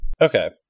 Okay